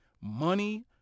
money